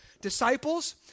disciples